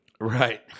Right